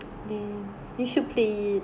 damn you should play it